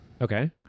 Okay